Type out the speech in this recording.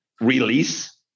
release